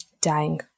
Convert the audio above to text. dying